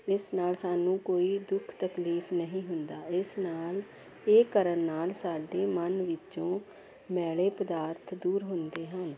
ਇਸ ਨਾਲ ਸਾਨੂੰ ਕੋਈ ਦੁੱਖ ਤਕਲੀਫ ਨਹੀਂ ਹੁੰਦਾ ਇਸ ਨਾਲ ਇਹ ਕਰਨ ਨਾਲ ਸਾਡੇ ਮਨ ਵਿੱਚੋਂ ਮੈਲੇ ਪਦਾਰਥ ਦੂਰ ਹੁੰਦੇ ਹਨ